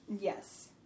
Yes